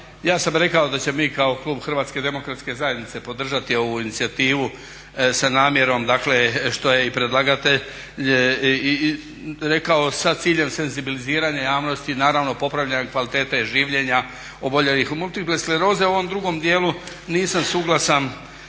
ja sam rekao da ćemo mi kao klub Hrvatske demokratske zajednice podržati ovu inicijativu sa namjerom, dakle što je i predlagatelj rekao sa ciljem senzibiliziranja javnosti i naravno popravljanja kvalitete življenja oboljelih od multiple skleroze. U ovom drugom dijelu nisam suglasan